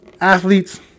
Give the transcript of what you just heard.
athletes